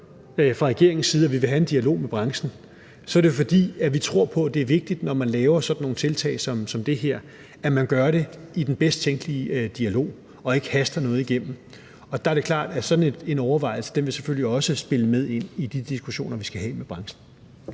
fra regeringens side nævner, at vi vil have en dialog med branchen, så er det jo, fordi vi tror på, at det er vigtigt, at man, når man laver sådan nogle tiltag som det her, gør det i den bedst tænkelige dialog og ikke haster noget igennem. Der er det selvfølgelig klart, at sådan en overvejelse også vil spille med ind i de diskussioner, vi skal have med branchen.